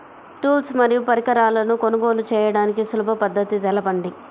Tools మరియు పరికరాలను కొనుగోలు చేయడానికి సులభ పద్దతి తెలపండి?